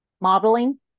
Modeling